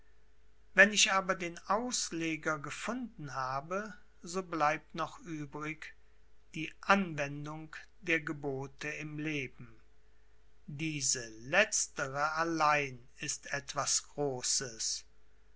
wenn ich aber den ausleger gefunden habe so bleibt noch übrig die anwendung der gebote im leben diese letztere allein ist etwas großes